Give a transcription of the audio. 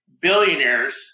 billionaires